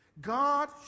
God